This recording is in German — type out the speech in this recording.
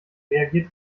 reagiert